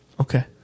Okay